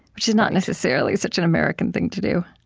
which is not necessarily such an american thing to do